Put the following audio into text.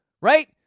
right